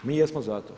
Mi jesmo za to.